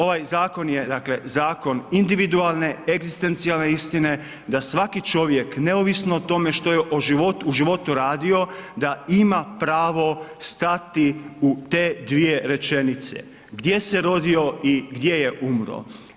Ovaj zakon je, dakle, zakon individualne, egzistencijalne istine da svaki čovjek neovisno o tome što je u životu radio da ima pravo stati u te dvije rečenice, gdje se rodio i gdje je umro.